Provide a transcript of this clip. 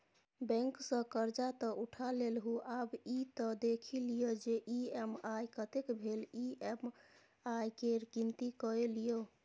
bank सँ करजा तँ उठा लेलहुँ आब ई त देखि लिअ जे ई.एम.आई कतेक भेल ई.एम.आई केर गिनती कए लियौ